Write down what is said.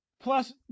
Plus